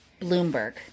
Bloomberg